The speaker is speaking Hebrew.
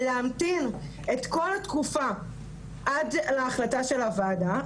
להמתין את כל התקופה עד להחלטה של הוועדה,